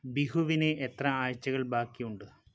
ബിഹുവിന് എത്ര ആഴ്ചകൾ ബാക്കിയുണ്ട്